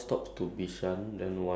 ya twenty minutes